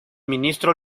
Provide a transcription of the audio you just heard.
ministro